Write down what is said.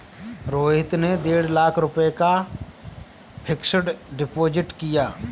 रोहित ने डेढ़ लाख रुपए का फ़िक्स्ड डिपॉज़िट किया